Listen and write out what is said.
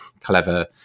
clever